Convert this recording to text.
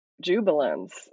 jubilance